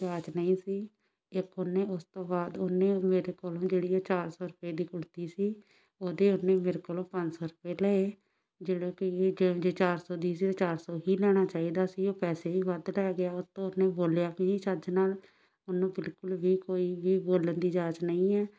ਜਾਂਚ ਨਹੀਂ ਸੀ ਇੱਕ ਉਹਨੇ ਉਸ ਤੋਂ ਬਾਅਦ ਉਹਨੇ ਮੇਰੇ ਕੋਲੋਂ ਜਿਹੜੀ ਚਾਰ ਸੌ ਰੁਪਏ ਦੀ ਕੁੜਤੀ ਸੀ ਉਹਦੇ ਉਹਨੇ ਮੇਰੇ ਕੋਲੋ ਪੰਜ ਸੌ ਰੁਪਏ ਲਏ ਜਿਹੜਾ ਕਿ ਜੇ ਚਾਰ ਸੌ ਦੀ ਸੀ ਚਾਰ ਸੌ ਹੀ ਲੈਣਾ ਚਾਹੀਦਾ ਸੀ ਉਹ ਪੈਸੇ ਹੀ ਵੱਧ ਲੈ ਗਿਆ ਉਤੋਂ ਉਹਨੇ ਬੋਲਿਆ ਕਿ ਚੱਜ ਨਾਲ ਉਹਨੂੰ ਬਿਲਕੁਲ ਵੀ ਕੋਈ ਵੀ ਬੋਲਣ ਦੀ ਜਾਂਚ ਨਹੀਂ ਏ